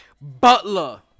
Butler